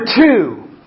two